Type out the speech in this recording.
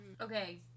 Okay